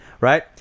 right